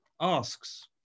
asks